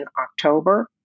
October